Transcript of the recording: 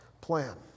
plan